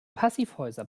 passivhäuser